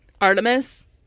Artemis